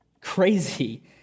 crazy